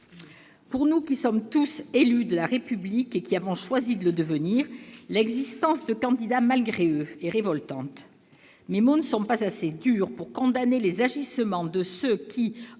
Pour nous qui sommes tous des élus de la République et qui avons choisi de le devenir, l'existence de « candidats malgré eux » est révoltante. Mes mots ne sont pas assez durs pour condamner les agissements de ceux qui,